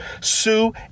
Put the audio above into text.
Sue